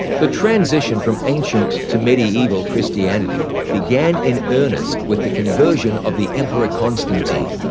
the transition from ancient to medieval christianity began in earnest with the conversion of the emperor constantine.